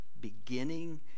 beginning